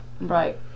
Right